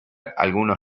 algunos